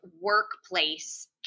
workplace